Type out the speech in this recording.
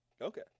Okay